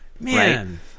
Man